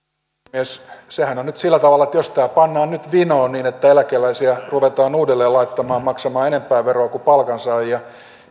puhemies sehän on nyt sillä tavalla että jos tämä pannaan nyt vinoon niin että eläkeläisiä ruvetaan uudelleen laittamaan maksamaan enemmän veroa kuin palkansaajia